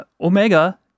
Omega